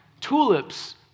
Tulips